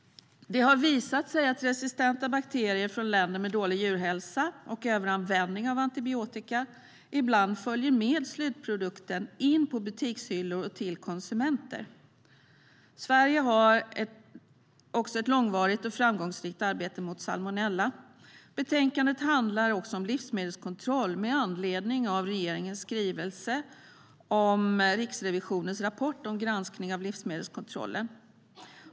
Det har visat sig att resistenta bakterier från länder med dålig djurhälsa och överanvändning av antibiotika ibland följer med slutprodukten in på butikshyllor och till konsumenter. Sverige har också ett långvarigt och framgångsrikt arbete mot salmonella. Betänkandet handlar också om livsmedelskontroll med anledning av regeringens skrivelse om Riksrevisionens rapport om granskning av livsmedelskontrollen.